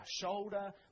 shoulder